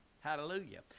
Hallelujah